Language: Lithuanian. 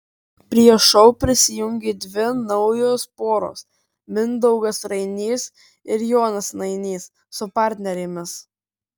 prie šou prisijungė dvi naujos poros mindaugas rainys ir jonas nainys su partnerėmis